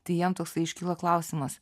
tai jiem toksai iškyla klausimas